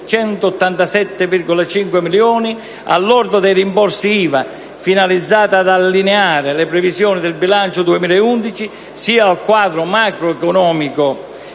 5.587,5 milioni, al lordo dei rimborsi IVA, finalizzati ad allineare le previsioni del bilancio 2011 sia al quadro macroeconomico